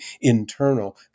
internal